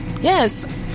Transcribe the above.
Yes